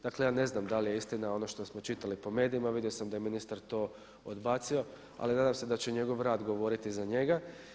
Dakle ja ne znam da li je istina ono što smo čitali po medijima, vidio sam da je ministar to odbacio ali nadam se da će njegov rad govoriti za njega.